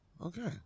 okay